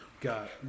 got